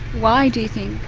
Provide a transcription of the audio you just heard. why, do you think?